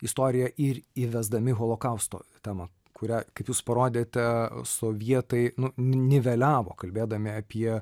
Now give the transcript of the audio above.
istoriją ir įvesdami holokausto temą kurią kaip jūs parodėte sovietai niveliavo kalbėdami apie